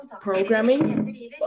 programming